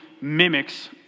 mimics